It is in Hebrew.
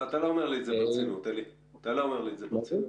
אתה לא אומר לי את זה ברצינות.